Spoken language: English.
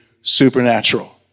Supernatural